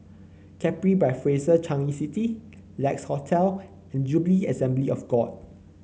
Capri by Fraser Changi City Lex Hotel and Jubilee Assembly of God